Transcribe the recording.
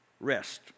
rest